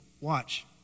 watch